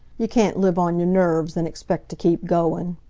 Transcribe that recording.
you can't live on your nerves and expect t' keep goin'.